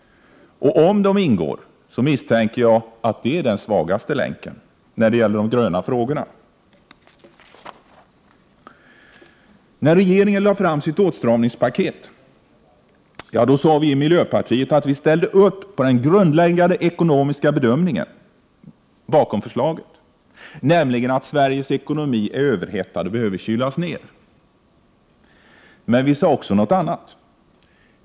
Om så är fallet misstänker jag att de utgör den svagaste länken när det gäller de röd-gröna frågorna. När regeringen lade fram sitt s.k. åtstramningspaket sade vi i miljöpartiet att vi ställde upp på den grundläggande ekonomiska bedömning som låg Prot. 1988/89:130 bakom förslaget, nämligen att Sveriges ekonomi är överhettad och behöver 7 juni 1989 kylas ned. Men vi sade också något annat.